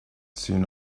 soon